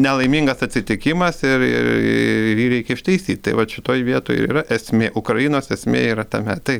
nelaimingas atsitikimas ir ir ir jį reikia ištaisyt tai vat šitoj vietoj yra esmė ukrainos esmė yra tame tai